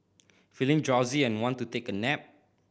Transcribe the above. feeling drowsy and want to take a nap